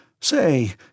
Say